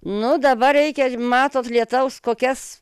nu dabar reikia matot lietaus kokias